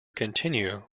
continue